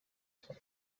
said